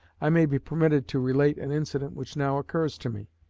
i may be permitted to relate an incident which now occurs to me.